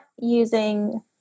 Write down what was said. using